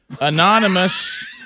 Anonymous